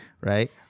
Right